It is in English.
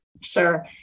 Sure